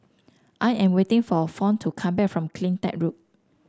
I am waiting for Fawn to come back from CleanTech Loop